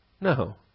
No